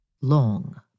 long